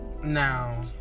Now